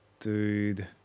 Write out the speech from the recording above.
Dude